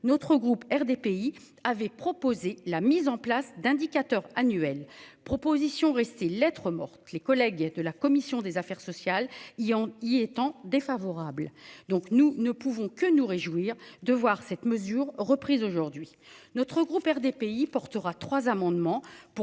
notre groupe RDPI avait proposé la mise en place d'indicateurs annuels propositions restées lettre morte, les collègues de la commission des affaires sociales. Il en y étant défavorables. Donc nous ne pouvons que nous réjouir de voir cette mesure reprise aujourd'hui notre groupe RDPI portera trois amendements pour